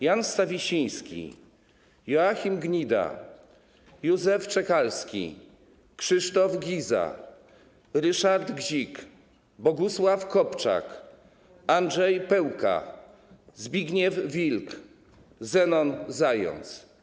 Jan Stawisiński, Joachim Gnida, Józef Czekalski, Krzysztof Giza, Ryszard Gzik, Bogusław Kopczak, Andrzej Pełka, Zbigniew Wilk, Zenon Zając.